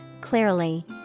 clearly